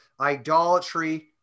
idolatry